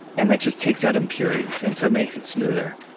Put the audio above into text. and that just takes out impurities. and so it makes it smoother.